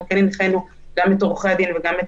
אנחנו כן הנחינו גם את עורכי הדין וגם את